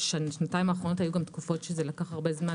בשנתיים האחרונות היו תקופות שזה לקח הרבה זמן.